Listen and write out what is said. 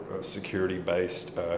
security-based